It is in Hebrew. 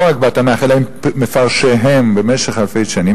לא רק בתנ"ך אלא עם מפרשיהם במשך אלפי שנים,